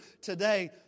today